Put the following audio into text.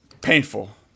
painful